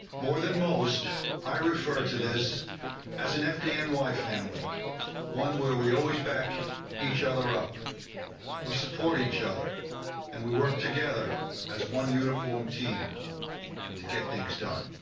more than most i refer to this as an fdny and family one, we're we always back each other up we support each other and we work together as one uniform team to get things done.